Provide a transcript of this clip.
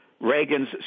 Reagan's